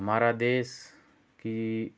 हमारा देश की